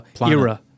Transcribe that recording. era